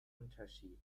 unterschied